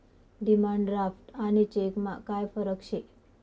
demand draft आणि चेकमा काय फरक शे